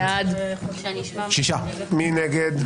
מי נגד?